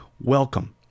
Welcome